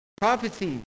Prophecy